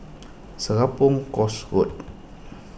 Serapong Course Road